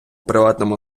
приватному